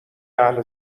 اهل